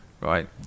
right